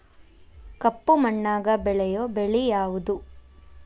ಕಪ್ಪು ಮಣ್ಣಾಗ ಬೆಳೆಯೋ ಬೆಳಿ ಯಾವುದು?